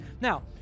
Now